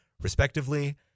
respectively